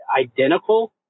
identical